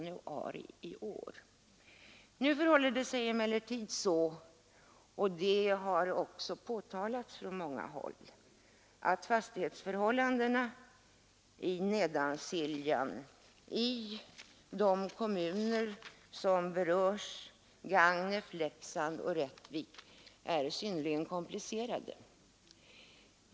Nu förhåller det sig emellertid så — det har påpekats från många håll — att fastighetsförhållandena i de kommuner i Nedansiljan som berörs — Gagnef, Leksand och Rättvik — är synnerligen komplicerade.